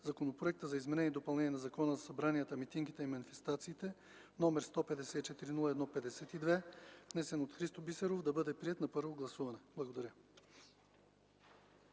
Законопроект за изменение и допълнение на Закона за събранията, митингите и манифестациите, № 154-01-52, внесен от Христо Бисеров, да бъде приет на първо гласуване.” Благодаря.